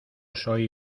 soy